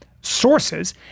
sources